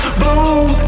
bloom